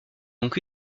donc